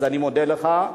אז אני מודה לך.